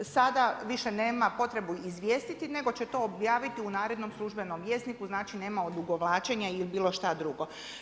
Sada više nema potrebu izvijestiti nego će to objaviti u narednom službenom vjesniku, znači nema odugovlačenja ili bilo šta drugo.